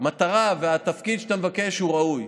המטרה והתפקיד שאתה מבקש הם ראויים,